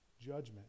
judgment